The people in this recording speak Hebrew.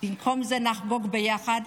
במקום זה נמצא אותה ונחגוג ביחד.